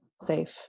safe